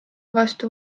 vastu